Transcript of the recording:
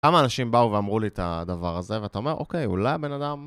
כמה אנשים באו ואמרו לי את הדבר הזה, ואתה אומר, אוקיי, אולי הבן אדם...